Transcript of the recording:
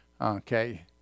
Okay